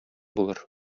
булыр